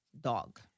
dog